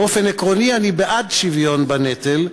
באופן עקרוני אני בעד שוויון בנטל,